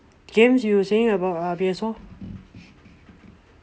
games you were saying about P_S four